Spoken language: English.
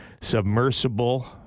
submersible